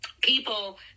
People